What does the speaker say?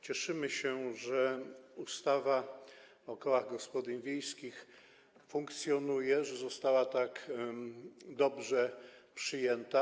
Cieszymy się, że ustawa o kołach gospodyń wiejskich funkcjonuje, że została tak dobrze przyjęta.